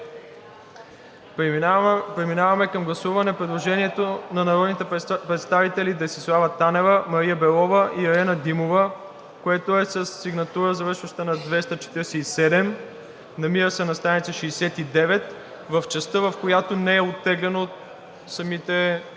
Преминаваме към гласуване предложението на народните представители Десислава Танева, Мария Белова и Ирена Димова, което е със сигнатура, завършваща на 247 и се намира на стр. 69, в частта, в която не е оттеглено от колегите,